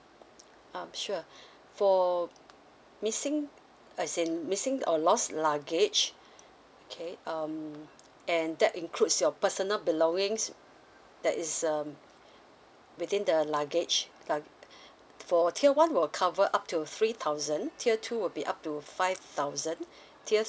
um sure for missing I'd say missing or lost luggage okay um and that includes your personal belongings that is um within the luggage lug~ for tier one will cover up to three thousand tier two will be up to five thousand tier